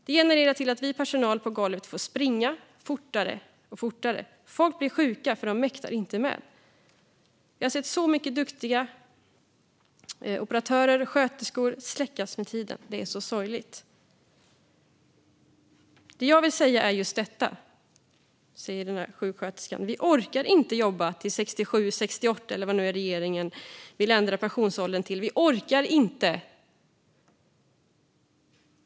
Det genererar att vi i personalen på golvet får springa fortare och fortare. Folk blir sjuka, för de mäktar inte med. Jag har sett så många duktiga operatörer och sköterskor släckas med tiden. Det är så sorgligt. Det jag vill säga är just detta: Vi orkar inte jobba till 67, 68 eller vad nu regeringen vill ändra pensionsåldern till. Vi orkar inte.